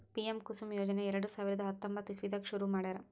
PM Kusum ಯೋಜನೆ ಎರಡ ಸಾವಿರದ್ ಹತ್ತೊಂಬತ್ತ್ ಇಸವಿದಾಗ್ ಶುರು ಮಾಡ್ಯಾರ್